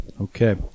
okay